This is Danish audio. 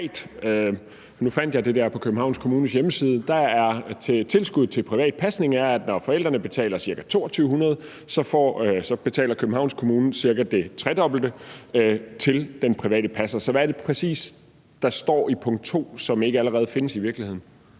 Nu fandt jeg på Københavns Kommunes hjemmeside det der med, at tilskuddet til privat pasning er sådan, at når forældrene betaler ca. 2.200 kr., så betaler Københavns Kommune cirka det tredobbelte til den private passer. Så hvad er det præcis, der står i punkt 2 i beslutningsforslaget, som ikke findes i virkeligheden?